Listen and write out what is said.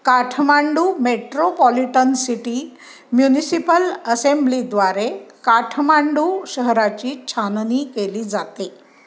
Kathmandu metropolitan city municipal असेंब्लीद्वारे काठमांडू शहराची छाननी केली जाते